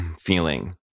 feeling